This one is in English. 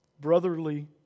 brotherly